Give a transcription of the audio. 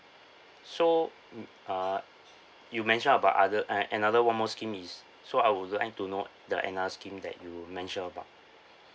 so mm uh you mention about other a~ another one more scheme is so I would like to know the another scheme that you mention about